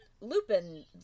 Lupin